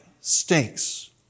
stinks